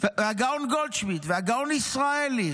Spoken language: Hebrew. והגאון גולדשמידט והגאון ישראלי